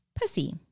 pussy